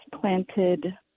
planted